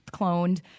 cloned